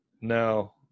No